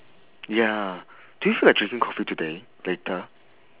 ya do you feel like drinking coffee today later